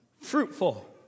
fruitful